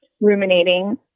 ruminating